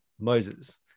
Moses